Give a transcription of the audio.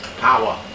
Power